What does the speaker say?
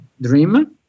dream